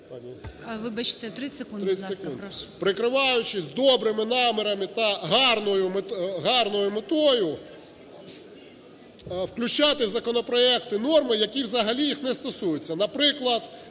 Вибачте, 30 секунд. Будь ласка, прошу.